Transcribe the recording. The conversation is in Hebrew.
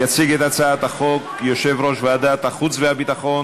יציג את הצעת החוק יושב-ראש ועדת החוץ והביטחון